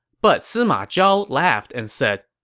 but sima zhao laughed and said,